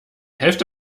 hälfte